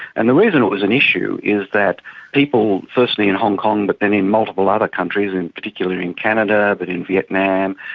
and the reason it was an issue is that people firstly in hong kong but then in multiple other countries, in particular in canada, a bit in vietnam,